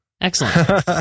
Excellent